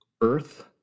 Earth